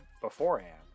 beforehand